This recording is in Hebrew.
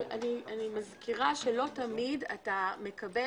לא תמיד אתה מקבל